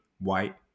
White